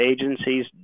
agencies